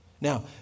Now